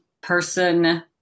person